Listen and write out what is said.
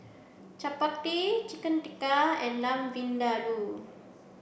Chapati Chicken Tikka and Lamb Vindaloo